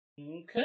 Okay